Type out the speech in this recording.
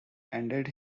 ended